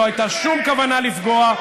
לא הייתה שום כוונה לפגוע.